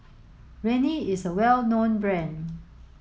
Rene is a well known brand